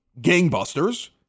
gangbusters